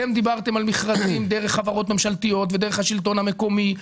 אתם דיברתם על מכרזים דרך חברות ממשלתיות ודרך השלטון המקומי.